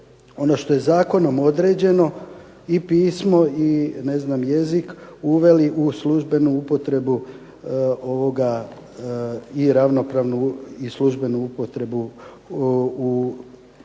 ono što je zakonom određeno i pismo i jezik uveli u službenu upotrebu i ravnopravnu i službenu upotrebu u